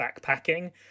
backpacking